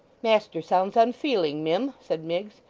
master sounds unfeeling, mim said miggs,